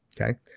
Okay